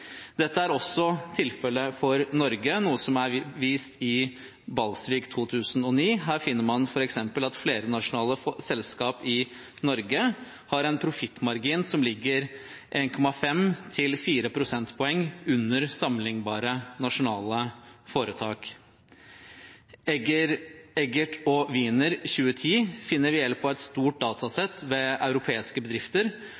Dette er også tilfellet for Norge, noe som er vist i studien til Balsvik m.fl. fra 2009. Der finner man f.eks. at flernasjonale selskaper i Norge har en profittmargin som ligger 1,5–4 prosentpoeng under sammenlignbare nasjonale foretak. Peter Egger, Wolfgang Eggert og Hannes Winner sier i et paper fra 2010 at de ved hjelp av et stort